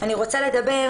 אני רוצה לדבר,